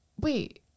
wait